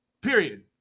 Period